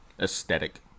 aesthetic